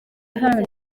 iharanira